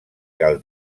cal